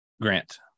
Grant